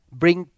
bring